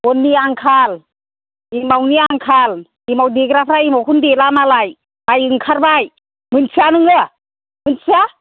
बननि आंखाल एमावनि आंखाल एमाव देग्राफ्रा एमावखौनो देला मालाय बायनो ओंखारबाय मोन्थिया नोङो मोन्थिया